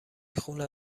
خونه